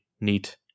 neat